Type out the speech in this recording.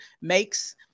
makes